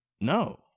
no